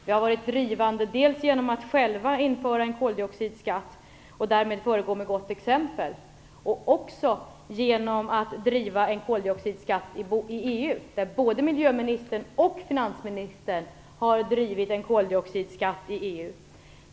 Vi har varit drivande dels genom att själva införa en koldioxidskatt och därmed föregå med gott exempel, dels genom att driva frågan om en koldioxidskatt i EU. Både miljöministern och finansministern har drivit frågan om en koldioxidskatt i EU.